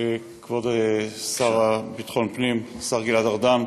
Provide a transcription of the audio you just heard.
כבוד השר לביטחון פנים, השר גלעד ארדן,